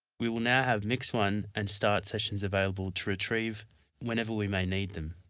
we will now have mix one and start sessions available to retrieve whenever we may need them.